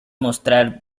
mostrar